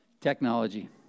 Technology